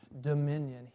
dominion